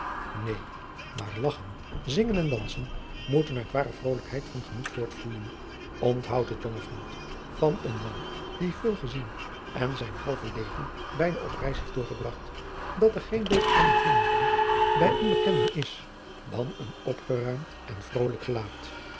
een maar lagchen zingen en dansen moeten uit ware vrolijkheid van gemoed voortvloeijen nthoud het jonge vriend van een man die veel gezien en zijn halve leven bijna op reis heeft doorgebragt dat er geen beter aanbevelingsbrief bij onbekenden is dan een opgeruimd en vrolijk gelaat